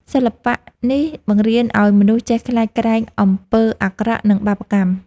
សិល្បៈនេះបង្រៀនឱ្យមនុស្សចេះខ្លាចក្រែងអំពើអាក្រក់ និងបាបកម្ម។